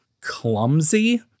clumsy